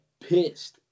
pissed